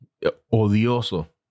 odioso